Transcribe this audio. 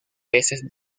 peces